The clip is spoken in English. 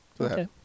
Okay